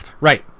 Right